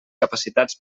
capacitats